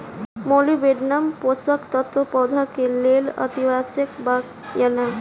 Molybdenum पोषक तत्व पौधा के लेल अतिआवश्यक बा या न?